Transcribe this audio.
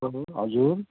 हजुर